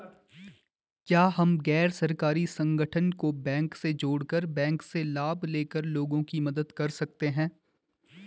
क्या हम गैर सरकारी संगठन को बैंक से जोड़ कर बैंक से लाभ ले कर लोगों की मदद कर सकते हैं?